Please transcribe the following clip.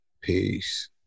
Peace